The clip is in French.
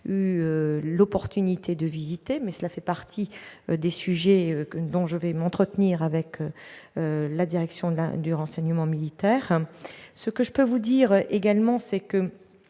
visiter Intelligence Campus, mais ce campus fait partie des sujets dont je vais m'entretenir avec la direction du renseignement militaire. Ce que je peux vous dire également, c'est qu'il